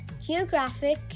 geographic